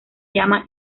llama